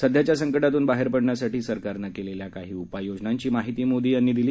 सध्याच्या संकटातून बाहेर पडण्यासाठी सरकारने केलेल्या काही उपाययोजनांची माहिती मोदी यांनी दिली